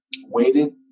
waited